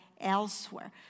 elsewhere